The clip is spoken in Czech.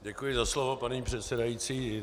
Děkuji za slovo, paní předsedající.